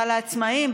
ועל העצמאים,